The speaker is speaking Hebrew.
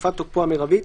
תקופת תוקפו המרבית,